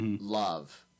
love